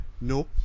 no